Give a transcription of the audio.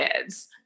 kids